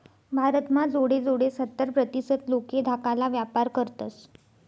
भारत म्हा जोडे जोडे सत्तर प्रतीसत लोके धाकाला व्यापार करतस